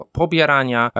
pobierania